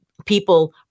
people